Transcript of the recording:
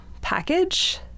package